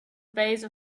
base